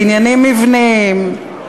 בעניינים מבניים,